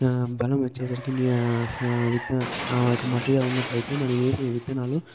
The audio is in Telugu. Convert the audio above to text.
బలం వచ్చేసరికి విత్తనాలు ఆ యొక్క మట్టిలో ఉన్నట్లయితే మనం వేసిన విత్తనాలు